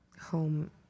home